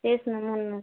तेच ना म्हणूनच